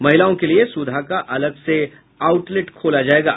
महिलाओं के लिए सुधा का अलग से आउटलेट खोला जायेगा